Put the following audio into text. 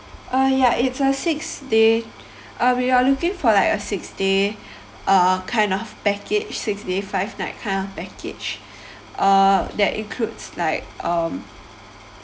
uh ya it's a six day uh we are looking for like a six day uh kind of package six day five night kind of package uh that includes like um